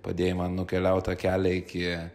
padėjai man nukeliaut tą kelią iki